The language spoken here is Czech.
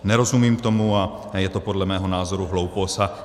Nerozumím tomu a je to podle mého názoru hloupost.